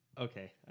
Okay